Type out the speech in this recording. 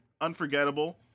Unforgettable